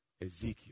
Ezekiel